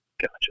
Gotcha